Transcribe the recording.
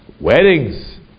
weddings